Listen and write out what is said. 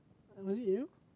and really you